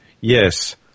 yes